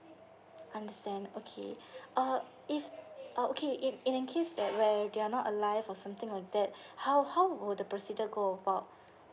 understand okay uh if ah okay in in in case that where they are not alive or something like that how how will the procedure go about